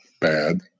bad